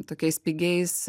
tokiais pigiais